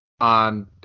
on